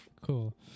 cool